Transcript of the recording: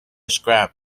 scrap